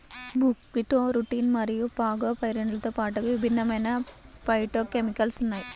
బుక్వీట్లో రుటిన్ మరియు ఫాగోపైరిన్లతో పాటుగా విభిన్నమైన ఫైటోకెమికల్స్ ఉన్నాయి